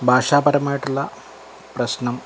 ഭാഷാ പരമായിട്ടുള്ള പ്രശ്നം